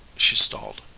she stalled.